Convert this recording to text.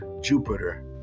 Jupiter